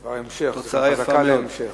זה כבר המשך, זו חזקה להמשך.